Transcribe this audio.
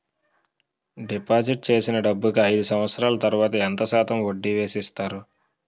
Deposit చేసిన డబ్బుకి అయిదు సంవత్సరాల తర్వాత ఎంత శాతం వడ్డీ వేసి ఇస్తారు?